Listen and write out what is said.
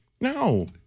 No